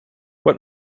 what